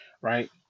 right